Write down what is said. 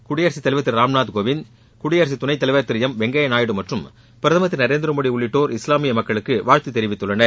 குடியரசுத் தலைவர் திரு ராம்நாத் கோவிந்த் குடியரசு துணைத் தலைவர் திரு எம் வெங்கைய நாயுடு மற்றும் பிரதமர் திரு நரேந்திரமோடி உள்ளிட்டோர் இஸ்லாமிய மக்களுக்கு வாழ்த்து தெரிவித்துள்ளனர்